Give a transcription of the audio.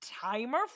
timer